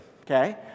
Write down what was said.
okay